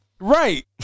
right